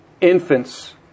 infants